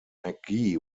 mcgee